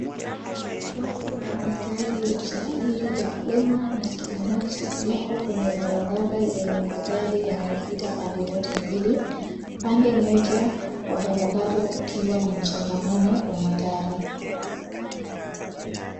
Watu na magari ya usafiri ya umma na kibinafsi yako kwenye barabara yenye magari yanayopita pande zote mbili. Pande moja wa barabara ukiwa na msongamano wa magari.